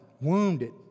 wounded